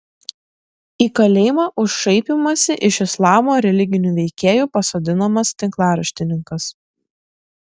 į kalėjimą už šaipymąsi iš islamo religinių veikėjų pasodinamas tinklaraštininkas